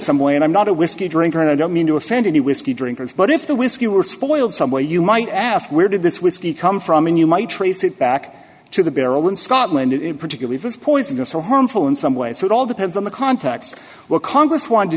some way and i'm not a whiskey drinker and i don't mean to offend any whiskey drinkers but if the whiskey were spoiled somewhere you might ask where did this whiskey come from and you might trace it back to the barrel in scotland in particular if it's poisonous or harmful in some way so it all depends on the context what congress wanted to